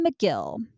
McGill